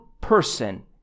person